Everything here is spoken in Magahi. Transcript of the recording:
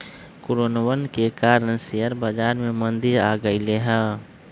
कोरोनवन के कारण शेयर बाजार में मंदी आ गईले है